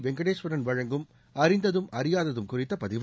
வெங்கடேஸ்வரன் வழங்கும் அறிந்ததும் அறியாததும் குறித்த பதிவு